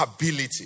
ability